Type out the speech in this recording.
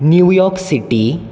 New York city